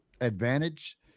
advantage